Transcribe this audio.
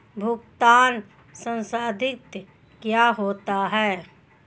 भुगतान संसाधित क्या होता है?